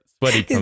sweaty